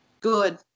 Good